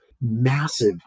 massive